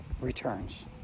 returns